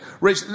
Rich